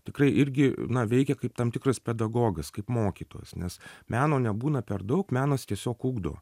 tikrai irgi na veikė kaip tam tikras pedagogas kaip mokytojas nes meno nebūna per daug menas tiesiog ugdo